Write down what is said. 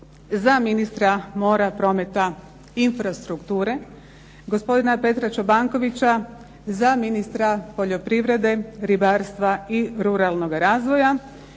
za ministra mora, prometa i infrastrukture, Gospodina PETARA ČOBANKOVIĆA za ministra poljoprivrede, ribarstva i ruralnog razvoja,